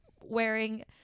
wearing